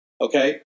Okay